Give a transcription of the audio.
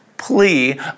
plea